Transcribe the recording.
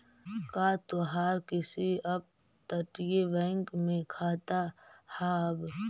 का तोहार किसी अपतटीय बैंक में खाता हाव